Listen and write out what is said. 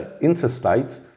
interstate